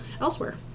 elsewhere